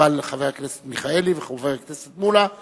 יוכלו חבר הכנסת מיכאלי וחבר הכנסת מולה להוסיף,